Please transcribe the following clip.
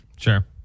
Sure